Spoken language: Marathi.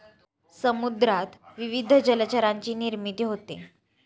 समुद्रात विविध जलचरांची निर्मिती होते